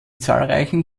zahlreichen